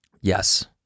Yes